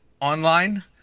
online